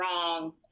wrong